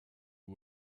you